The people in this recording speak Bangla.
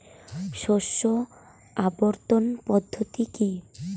শস্য আবর্তন পদ্ধতি কি?